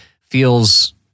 feels